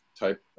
type